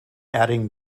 adding